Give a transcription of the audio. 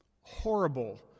horrible